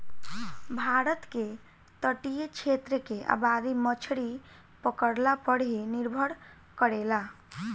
भारत के तटीय क्षेत्र के आबादी मछरी पकड़ला पर ही निर्भर करेला